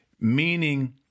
Meaning